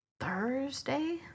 Thursday